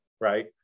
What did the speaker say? Right